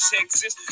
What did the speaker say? Texas